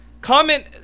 Comment